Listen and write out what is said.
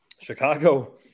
Chicago